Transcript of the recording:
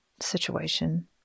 situation